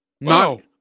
No